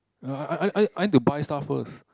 ya I I I I need to buy stuff first